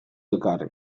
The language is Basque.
elkarri